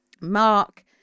Mark